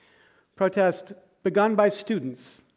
protest begun by students,